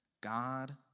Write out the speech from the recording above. God